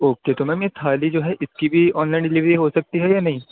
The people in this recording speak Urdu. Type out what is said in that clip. اوکے تو میم یہ تھالی جو ہے اِس کی بھی آن لائن ڈلیوری ہو سکتی ہے یا نہیں